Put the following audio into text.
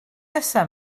nesaf